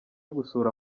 gusura